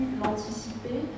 l'anticiper